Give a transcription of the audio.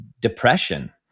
depression